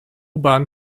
bahn